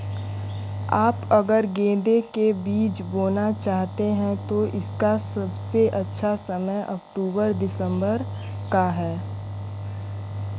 आप अगर गेंदे के बीज बोना चाहते हैं तो इसका सबसे अच्छा समय अक्टूबर सितंबर का है